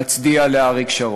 מצדיע לאריק שרון.